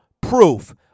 proof